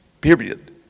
Period